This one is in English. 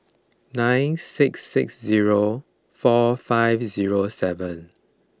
nine six six zero four five zero seven